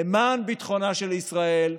למען ביטחונה של ישראל,